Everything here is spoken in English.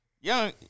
young